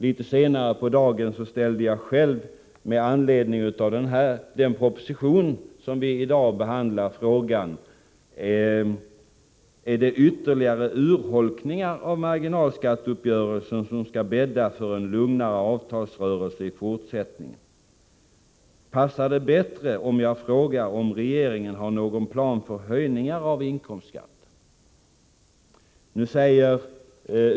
Litet senare på dagen ställde jag själv med anledning av den proposition som vi i dag behandlar frågan: Är det ytterligare urholkningar av marginalskatteuppgörelsen som skall bädda för en lugnare avtalsrörelse i fortsättningen? Passar det bättre om jag frågar om regeringen har någon plan för höjningar av inkomstskatten?